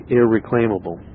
irreclaimable